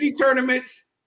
tournaments